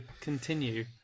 continue